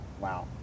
Wow